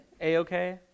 A-okay